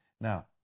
Now